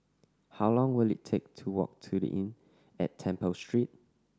how long will it take to walk to The Inn at Temple Street